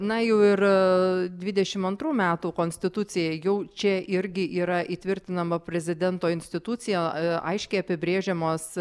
na jau ir dvidešim antrų metų konstitucija jau čia irgi yra įtvirtinama prezidento institucija aiškiai apibrėžiamos